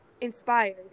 inspired